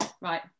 Right